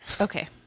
Okay